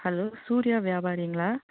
hello Surya வியாபாரிங்களா